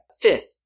Fifth